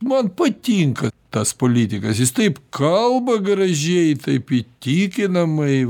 man patinka tas politikas jis taip kalba gražiai taip įtikinamai